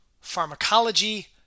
Pharmacology